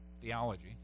theology